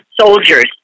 Soldiers